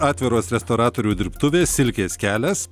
atviros restauratorių dirbtuvės silkės kelias